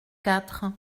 quatre